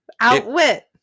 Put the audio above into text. Outwit